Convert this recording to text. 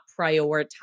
prioritize